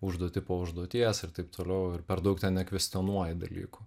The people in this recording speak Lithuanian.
užduotį po užduoties ir taip toliau ir per daug nekvestionuoji dalykų